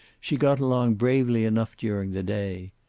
she got along bravely enough during the day.